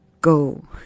go